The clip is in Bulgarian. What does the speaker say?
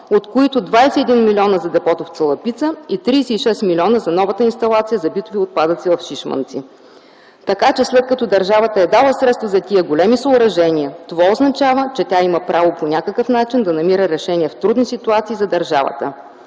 от които 21 млн. за депото в Цалапица, и 36 милиона – за новата инсталация за битови отпадъци в Шишманци. След като държавата е дала средства за тези големи съоръжения, това означава, че тя има право по някакъв начин да намира решения в трудни ситуации за държавата.”